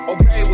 Okay